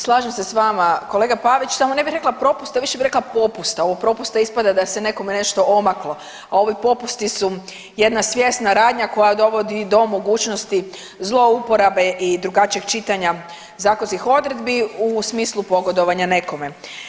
Slažem se s vama kolega Pavić, samo ne bih rekla propusta više bih rekla popusta, ovo propusta ispada da se nekome nešto omaklo, a ovi popusti su jedna svjesna radnja koja dovodi do mogućnosti zlouporabe i drugačijeg čitanja zakonskih odredbi u smislu pogodovanja nekome.